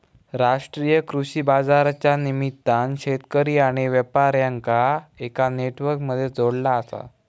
राष्ट्रीय कृषि बाजारच्या निमित्तान शेतकरी आणि व्यापार्यांका एका नेटवर्क मध्ये जोडला आसा